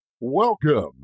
Welcome